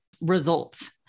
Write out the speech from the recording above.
results